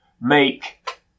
make